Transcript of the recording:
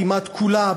כמעט כולה,